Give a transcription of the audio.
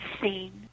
scene